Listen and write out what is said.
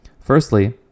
Firstly